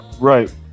Right